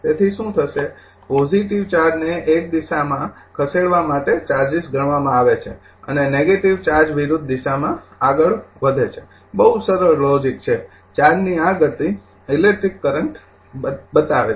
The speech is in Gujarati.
તેથી શું થશે પોજીટીવ ચાર્જને એક દિશામાં ખસેડવા માટે ચાર્જિસ ગણવામાં આવે છે અને નેગેટિવ ચાર્જ વિરુદ્ધ દિશામાં આગળ વધે છે બહુ સરળ લોજિક છે ચાર્જની આ ગતિ ઇલેક્ટ્રિક કરંટ બનાવે છે